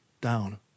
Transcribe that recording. down